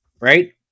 right